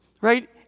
Right